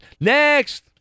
Next